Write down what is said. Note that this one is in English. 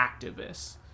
activists